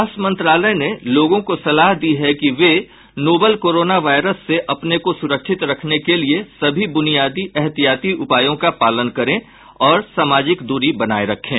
स्वास्थ्य मंत्रालय ने लोगों को सलाह दी है कि वे नोवल कोरोना वायरस से अपने को सुरक्षित रखने के लिए सभी ब्रनियादी एहतियाती उपायों का पालन करें और सामाजिक दूरी बनाए रखें